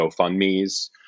GoFundMes